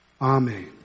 Amen